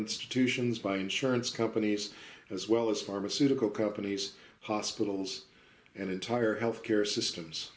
institutions by insurance companies as well as pharmaceutical companies hospitals and entire health care systems